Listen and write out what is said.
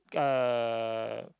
uh